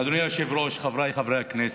אדוני היושב-ראש, חבריי חברי הכנסת,